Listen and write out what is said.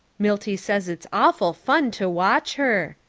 milty says it's awful fun to watch her.